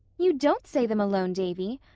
you don't say them alone, davy.